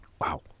wow